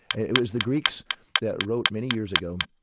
it was the greeks that wrote many years ago,